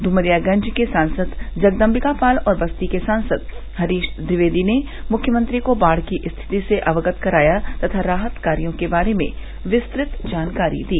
डुमरियागंज के सांसद जगदम्पिका पाल और बस्ती के सांसद हरीश द्विवेदी ने मुख्यमंत्री को बाढ़ की स्थिति से अवगत कराया तथा राहत कार्यो के बारे में विस्तृत जानकारी दी